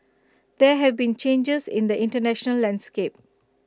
there have been changes in the International landscape